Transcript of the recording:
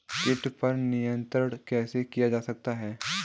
कीट पर नियंत्रण कैसे किया जा सकता है?